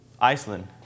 Iceland